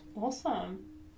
Awesome